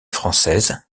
française